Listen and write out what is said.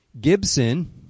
Gibson